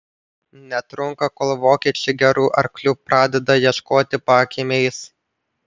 netrunka kol vokiečiai gerų arklių pradeda ieškoti pakiemiais